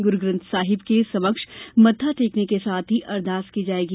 गुरुग्रंथ साहिब के समक्ष मत्था टेकने के साथ ही अरदास की जाएगी